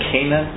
Cana